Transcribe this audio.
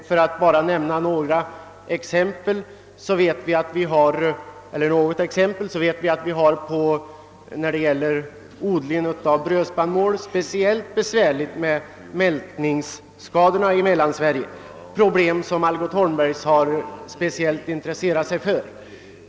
För att bara nämna något exempel: vi har när det gäller odling av brödspannmål besvärligt med mältningsskador i Mellansverige — problem som Algot Holmbergs speciellt har intresserat sig för.